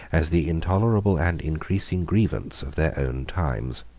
as the intolerable and increasing grievance of their own times.